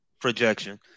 projection –